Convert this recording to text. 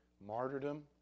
martyrdom